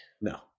No